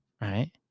right